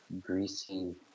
greasy